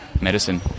medicine